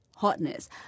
hotness